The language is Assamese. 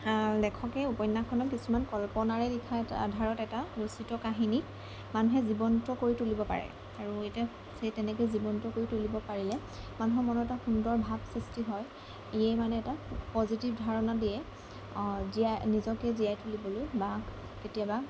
লেখকে উপন্যাসখনৰ কিছুমান কল্পনাৰে লিখা এটা আধাৰত এটা ৰচিত কাহিনী মানুহে জীৱন্ত কৰি তুলিব পাৰে আৰু এতিয়া সেই তেনেকৈ জীৱন্ত কৰি তুলিব পাৰিলে মানুহৰ মনত এটা সুন্দৰ ভাৱ সৃষ্টি হয় ইয়ে মানে এটা পজিটিভ ধাৰণা দিয়ে জীয়াই নিজকে জীয়াই তুলিবলৈ বা কেতিয়াবা